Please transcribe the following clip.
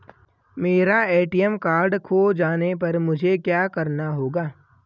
मेरा ATM card खो जाने पर मुझे क्या करना होगा?